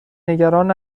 نگران